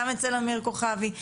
גם אצל אמיר כוכבי,